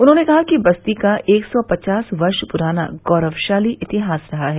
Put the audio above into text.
उन्होंने कहा कि बस्ती का एक सौ पचास वर्ष पुराना गौरवशाली इतिहास रहा है